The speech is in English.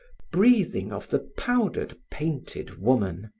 breathing of the powdered, painted woman,